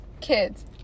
kids